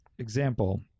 example